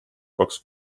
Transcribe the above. kaks